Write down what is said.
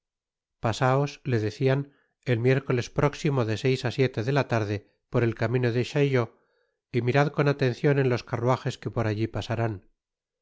pasaos le decian el miércoles próximo de seis á siete de la tarde por el camino de chaillot y mirad con atencion en los carruajes que por alli pasarán